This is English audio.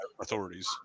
authorities